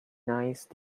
nice